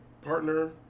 partner